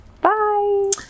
Bye